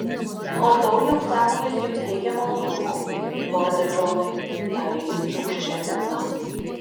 matau jog sąmojis jums teikia malonumo lorde džonai tarė jis rūgščia mina